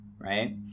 right